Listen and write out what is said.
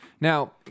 Now